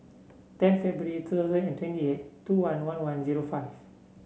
ten February two thousand and twenty eight two one one one zero five